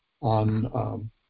on